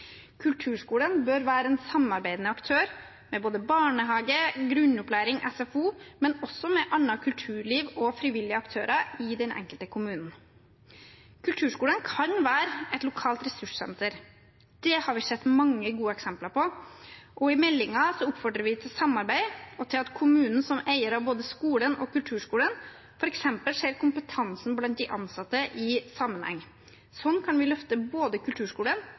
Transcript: Kulturskolen bør være en samarbeidende aktør med både barnehage, grunnopplæring og SFO, men også med annet kulturliv og frivillige aktører i den enkelte kommunen. Kulturskolen kan være et lokalt ressurssenter – det har vi sett mange gode eksempler på. I meldingen oppfordrer vi til samarbeid og til at kommunen som eier av både skolen og kulturskolen, f.eks. ser kompetansen blant de ansatte i sammenheng. Slik kan vi løfte både kulturskolen